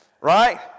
Right